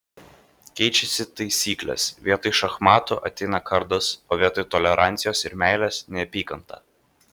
keičiasi taisyklės vietoj šachmatų ateina kardas o vietoj tolerancijos ir meilės neapykanta